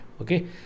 Okay